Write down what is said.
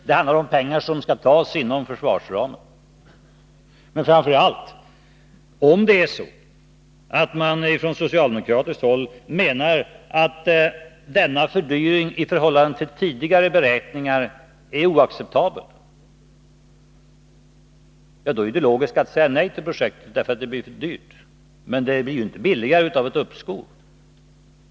Det handlar vidare om pengar som skall tas inom försvarsramen. Om man på socialdemokratiskt håll menar att denna fördyring i förhållande till tidigare beräkningar är oacceptabel, då är det logiskt att säga nej till projektet därför att det blir för dyrt. Men det blir inte billigare av ett uppskov.